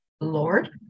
Lord